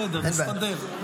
בסדר, נסתדר.